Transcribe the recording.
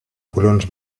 colons